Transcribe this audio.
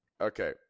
Okay